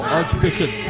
Archbishop